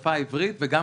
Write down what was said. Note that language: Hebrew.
בשפה העברית וגם